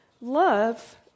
love